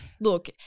look